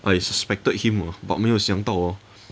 I suspected him ah but 没有想到 hor